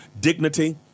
dignity